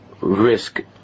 risk